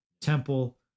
temple